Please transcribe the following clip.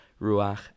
ruach